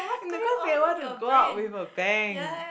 no cause they want to go out with a bang